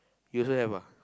you also have ah